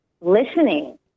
listening